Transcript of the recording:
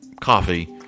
coffee